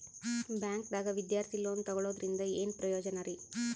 ಬ್ಯಾಂಕ್ದಾಗ ವಿದ್ಯಾರ್ಥಿ ಲೋನ್ ತೊಗೊಳದ್ರಿಂದ ಏನ್ ಪ್ರಯೋಜನ ರಿ?